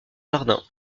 jardin